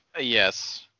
Yes